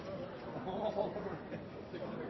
det var rimelig nær å få til,